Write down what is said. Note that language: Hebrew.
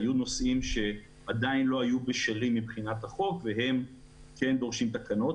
היו נושאים שעדיין לא היו בשלים מבחינת החוק והם כן דורשים תקנות.